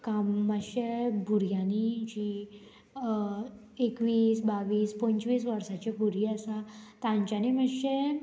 काम मातशें भुरग्यांनी जी एकवीस बावीस पंचवीस वर्सांचीं भुरगीं आसा तांच्यांनी मातशें